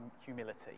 Humility